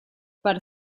per